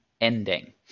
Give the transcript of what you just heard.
ending